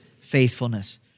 faithfulness